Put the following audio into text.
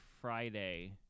Friday